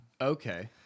Okay